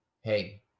Hey